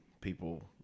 people